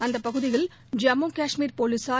அந்த பகுதியில் ஜம்மு கஷ்மீர் போலீஸார்